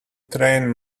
train